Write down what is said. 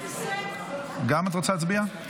11. את רוצה גם להצביע?